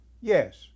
Yes